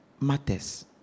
matters